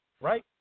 right